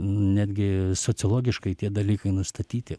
netgi sociologiškai tie dalykai nustatyti